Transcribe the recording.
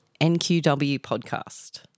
nqwpodcast